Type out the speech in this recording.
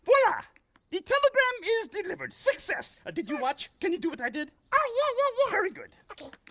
yeah the telegram is delivered. success. did you watch? can you do what i did? oh yeah, yeah, yeah. very good. okay.